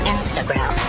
Instagram